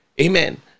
Amen